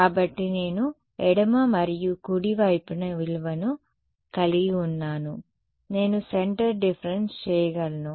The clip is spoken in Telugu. కాబట్టి నేను ఎడమ మరియు కుడి వైపున విలువను కలిగి ఉన్నాను నేను సెంటర్ డిఫరెన్స్ చేయగలను